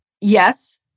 yes